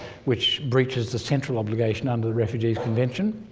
which breaches the central obligation under the refugees convention.